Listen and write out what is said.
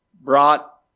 brought